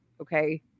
Okay